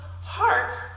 hearts